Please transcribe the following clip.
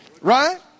right